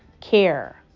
care